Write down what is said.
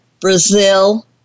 Brazil